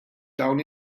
dawn